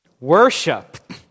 worship